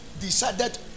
decided